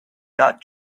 got